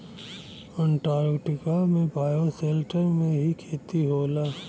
Antarctica में bioshelter में ही खेती होला